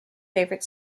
favorite